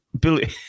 Billy